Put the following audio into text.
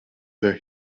the